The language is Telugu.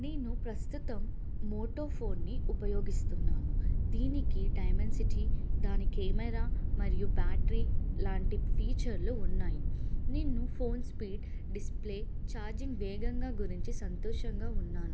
నేను ప్రస్తుతం మోటో ఫోన్ని ఉపయోగిస్తున్నాను దీనికి డైమెంసిటి దాని కేెమెరా మరియు బ్యాటరీ లాంటి ఫీచర్లు ఉన్నాయి నేను ఫోన్ స్పీడ్ డిసప్లే ఛార్జింగ్ వేగంగా గురించి సంతోషంగా ఉన్నాను